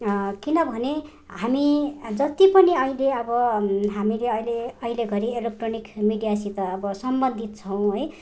किनभने हामी जति पनि अहिले अब हामीले अहिले अहिले घडी इलेक्ट्रोनिक मिडियासित अब सम्बन्धित छौँ है